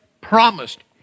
promised